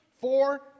four